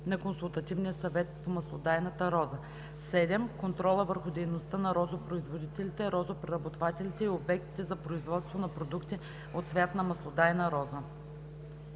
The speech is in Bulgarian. на Консултативния съвет по маслодайната роза; 7. контрола върху дейността на розопроизводителите, розопреработвателите и обектите за производство на продукти от цвят на маслодайна роза.“